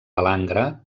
palangre